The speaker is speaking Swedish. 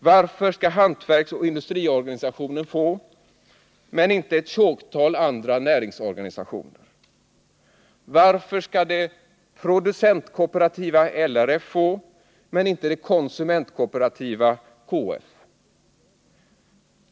Varför skall hantverksoch industriorganisationen få men inte ett tjogtal andra näringsorganisationer? Varför skall det producentkooperativa LRF få men inte det konsumentkooperativa KF?